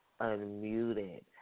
unmuted